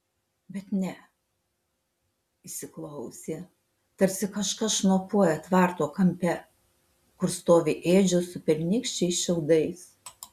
bet ne įsiklausė tarsi kažkas šnopuoja tvarto kampe kur stovi ėdžios su pernykščiais šiaudais